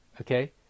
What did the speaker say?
okay